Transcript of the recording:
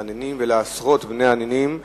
לנינים ולעשרות בני הנינים,